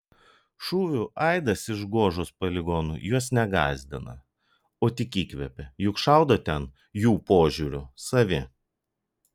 šūvių aidas iš gožos poligono juos ne gąsdina o tik įkvepia juk šaudo ten jų požiūriu savi